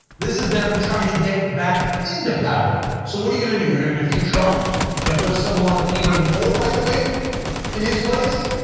this is them trying to get back into power so what are you going to do? you're going to defeat trump and put someone even more right-wing in his place?